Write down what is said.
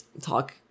talk